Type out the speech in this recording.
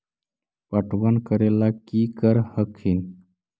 पटबन करे ला की कर हखिन?